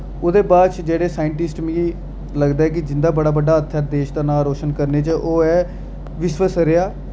उ'दे बाद च जेह्ड़े साइंटिस्ट मिकी लगदा ऐ कि जिं'दा बड़ा बड्डा हत्थ ऐ देश दा नां रोशन करने च ओह् ऐ विश्व सर्या